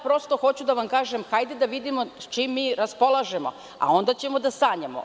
Prosto, hoću da vam kažem, hajde da vidimo sa čim raspolažemo, a onda ćemo da sanjamo.